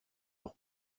leurs